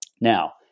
Now